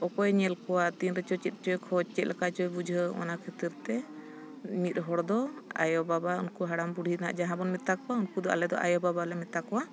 ᱚᱠᱚᱭ ᱧᱮᱞ ᱠᱚᱣᱟ ᱛᱤᱱ ᱨᱮᱪᱚ ᱪᱮᱫ ᱪᱚᱭ ᱠᱷᱚᱡᱽ ᱪᱮᱫ ᱞᱮᱠᱟ ᱪᱚᱭ ᱵᱩᱡᱷᱟᱹᱣ ᱚᱱᱟ ᱠᱷᱟᱹᱛᱤᱨ ᱛᱮ ᱢᱤᱫ ᱦᱚᱲ ᱫᱚ ᱟᱭᱳ ᱵᱟᱵᱟ ᱩᱱᱠᱩ ᱦᱟᱲᱟᱢ ᱵᱩᱲᱦᱤ ᱨᱮᱱᱟᱜ ᱡᱟᱦᱟᱸ ᱵᱚᱱ ᱢᱮᱛᱟ ᱠᱚᱣᱟ ᱩᱱᱠᱩ ᱫᱚ ᱟᱞᱮ ᱫᱚ ᱟᱭᱳ ᱵᱟᱵᱟ ᱞᱮ ᱢᱮᱛᱟ ᱠᱚᱣᱟ